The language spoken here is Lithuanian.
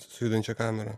su judančia kamera